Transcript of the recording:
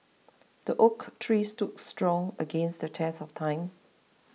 the oak tree stood strong against the test of time